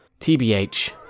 TBH